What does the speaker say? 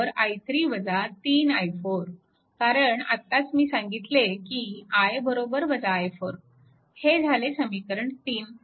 नंतर i2 i3 3 i4 कारण आताच मी सांगितले की I i4 हे झाले समीकरण 3